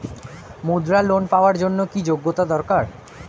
মুদ্রা লোন পাওয়ার জন্য কি যোগ্যতা দরকার?